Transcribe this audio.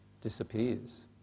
disappears